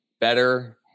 better